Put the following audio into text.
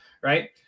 Right